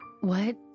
What